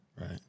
Right